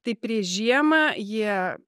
tai prieš žiemą jie